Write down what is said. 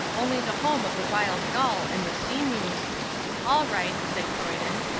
only the home of the wild gull and the sea-mews all right, said croyden,